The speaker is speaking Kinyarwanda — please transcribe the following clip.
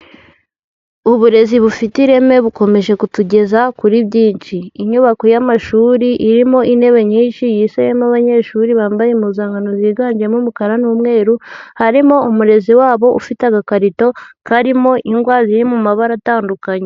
Uburezi bufite ireme bukomeje kutugeza kuri byinshi, inyubako y'amashuri irimo intebe nyinshi yicayemo abanyeshuri bambaye impuzankano ziganjemo umukara n'umweru, harimo umurezi wabo ufite agakarito karimo ingwa ziri mu mabara atandukanye.